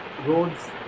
roads